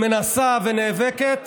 שמנסה ונאבקת,